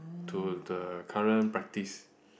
to the current practice